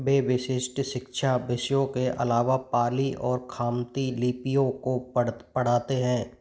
वे विशिष्ट शिक्षा विषयों के अलावा पाली और खामती लिपियों को पढ़ाते हैं